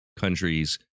countries